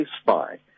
spy